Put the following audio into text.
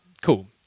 Cool